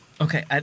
Okay